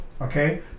okay